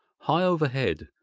high overhead,